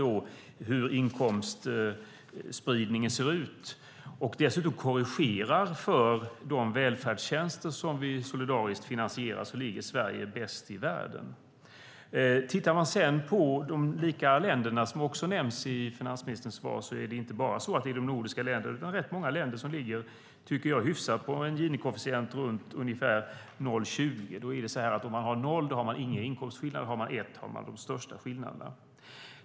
Gini-koefficienten beskriver hur inkomstspridningen ser ut, och den korrigerar dessutom för de välfärdstjänster som vi solidariskt finansierar. Om man sedan tittar på de rika länderna, som också nämns i finansministerns svar, ser man att det inte bara är de nordiska länderna utan rätt många andra länder som ligger hyfsat till, på en Gini-koefficient runt ungefär 0,20. Om man har 0 har man inga inkomstskillnader och om man har 1 har man de största skillnaderna.